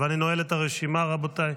אני נועל את הרשימה, רבותיי.